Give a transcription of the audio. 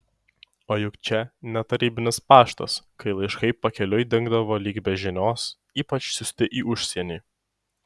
o juk čia ne tarybinis paštas kai laiškai pakeliui dingdavo lyg be žinios ypač siųsti į užsienį